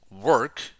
work